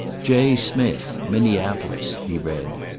j. smith, minneapolis, he read.